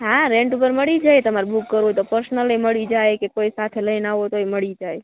હા રેન્ટ ઉપર મળી જાય તમારે બૂક કરો તો પર્સનલ એ મળી જાય કે કોઈ સાથે લઈને આવો તોય મળી જાય